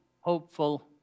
Hopeful